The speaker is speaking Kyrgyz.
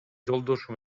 жолдошу